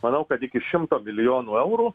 manau kad iki šimto milijonų eurų